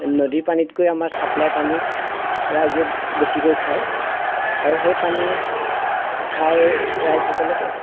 নদীৰ পানীতকৈ আমাৰ ছাপ্লাই পানী ৰাইজে বেছিকৈ খায় আৰু সেই পানী খাই ৰাইজসকলে